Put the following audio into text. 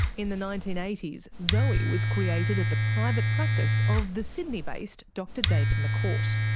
in the nineteen eighty s, zoe was created at the private practice of the sydney-based dr david macourt.